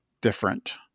different